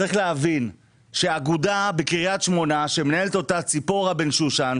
צריך להבין שאגודה בקריית שמונה שמנהלת אותה ציפורה בן שושן,